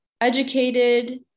educated